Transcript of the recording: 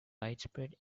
widespread